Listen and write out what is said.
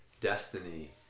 destiny